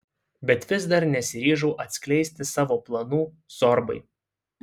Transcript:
bet vis dar nesiryžau atskleisti savo planų zorbai